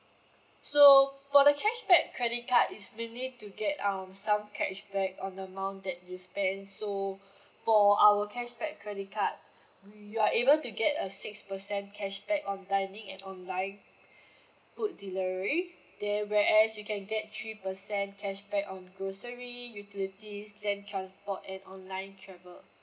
so for the cashback credit card is mainly to get um some cashback on the amount that you spend so for our cashback credit card you are able to get a six percent cashback on dining at online food delivery there whereas you can get three percent cashback on grocery utility land transport and online travel